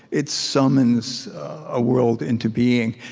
it summons a world into being.